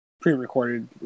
pre-recorded